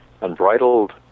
unbridled